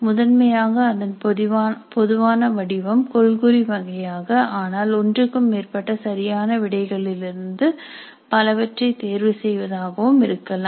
முதன்மையாக அதன் பொதுவான வடிவம் கொள்குறி வகையாக ஆனால் ஒன்றுக்கும் மேற்பட்ட சரியான விடைகளிலிருந்து பலவற்றை தேர்வு செய்வதாகவும் இருக்கலாம்